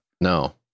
no